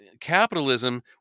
capitalism